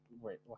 wait